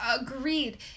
agreed